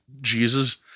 Jesus